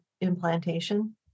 implantation